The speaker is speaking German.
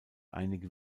einige